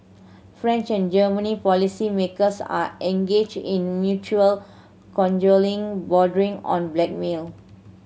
French and German policymakers are engaged in mutual cajoling bordering on blackmail